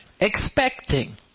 Expecting